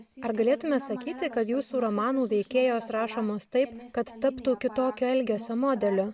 ar galėtume sakyti kad jūsų romanų veikėjos rašomos taip kad taptų kitokio elgesio modeliu